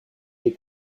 est